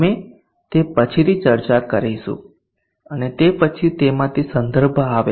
અમે તે પછીથી ચર્ચા કરીશું અને તે પછી તેમાંથી સંદર્ભ આવે છે